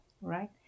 right